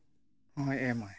ᱮᱢᱟᱭ